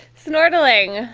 snorkeling.